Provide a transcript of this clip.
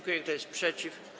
Kto jest przeciw?